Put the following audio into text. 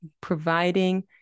providing